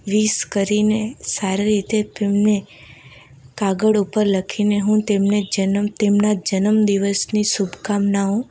વિસ કરીને સારી રીતે તેમને કાગળ ઉપર લખીને હું તેમને જન્મદિવસ તેમના જન્મદિવસની શુભકામનાઓ